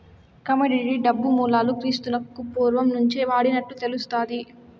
commodity డబ్బు మూలాలు క్రీస్తునకు పూర్వం నుంచే వాడినట్లు తెలుస్తాది